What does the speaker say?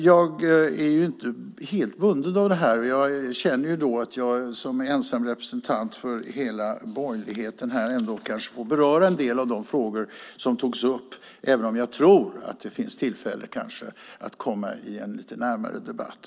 Jag är inte helt bunden och känner att jag som ensam representant för hela borgerligheten ändå kanske får beröra en del av de frågor som togs upp, även om jag tror att det finns tillfälle att komma i en lite närmare debatt.